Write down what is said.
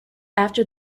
after